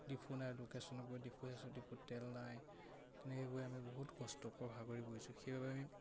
depot নাই লোকেশ্যনক গৈ নাই তেনেকে গৈ আমি বহুত সেইবাবে আমি